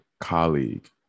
colleague